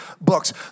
books